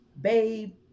babe